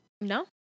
No